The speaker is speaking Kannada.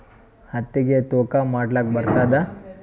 ಹತ್ತಿಗಿ ತೂಕಾ ಮಾಡಲಾಕ ಬರತ್ತಾದಾ?